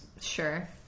Sure